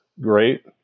great